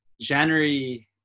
January